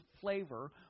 flavor